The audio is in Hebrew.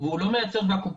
והוא לא מייצר ואקום.